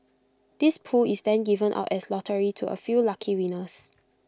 this pool is then given out as lottery to A few lucky winners